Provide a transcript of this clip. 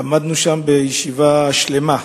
עמדנו שם, בישיבה שלמה,